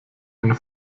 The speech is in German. ein